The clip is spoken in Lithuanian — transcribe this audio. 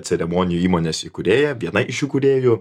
ceremonijų įmonės įkūrėja viena iš įkūrėjų